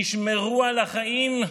תשמרו על החיים,